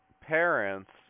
Parents